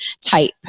type